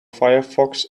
firefox